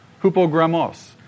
Hupogramos